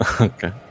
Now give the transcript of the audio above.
Okay